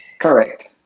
Correct